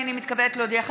הינני מתכבדת להודיעכם,